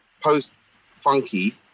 post-Funky